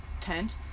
tent